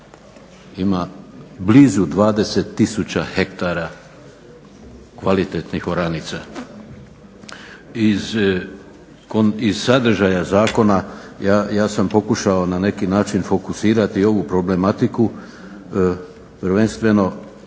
ima blizu 20 tisuća hektara kvalitetnih oranica. Iz sadržaja zakona ja sam pokušao na neki način fokusirati ovu problematiku prvenstveno